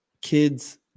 kids